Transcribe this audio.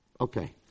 Okay